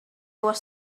was